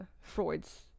freud's